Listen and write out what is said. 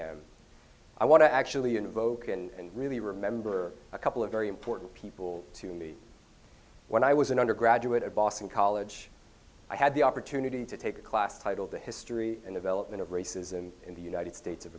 am i want to actually invoke and really remember a couple of very important people to me when i was an undergraduate at boston college i had the opportunity to take a class titled the history and development of racism in the united states of